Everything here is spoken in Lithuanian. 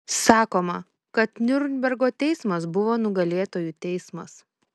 sakoma kad niurnbergo teismas buvo nugalėtojų teismas